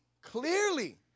clearly